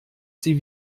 sie